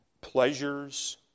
pleasures